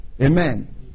Amen